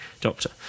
Doctor